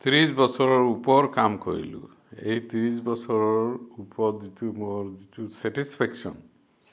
ত্ৰিছ বছৰৰ ওপৰ কাম কৰিলোঁ এই ত্ৰিছ বছৰৰ ওপৰত যিটো মোৰ যিটো চেটিচ্ফেকশ্যন